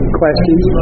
questions